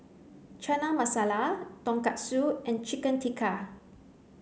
Chana Masala Tonkatsu and Chicken Tikka